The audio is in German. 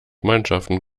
mannschaften